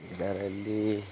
ಇದಾರಿಲ್ಲಿ